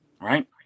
right